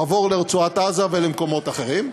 עבור לרצועת-עזה ולמקומות אחרים.